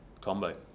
combo